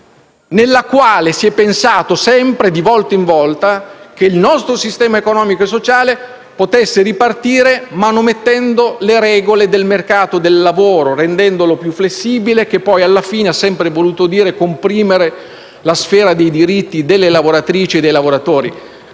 nella quale si è pensato sempre, di volta in volta, che il nostro sistema economico e sociale potesse ripartire manomettendo le regole del mercato del lavoro, rendendolo più flessibile: il che poi, alla fine, ha sempre voluto dire comprimere la sfera dei diritti delle lavoratrici e dei lavoratori.